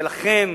ולכן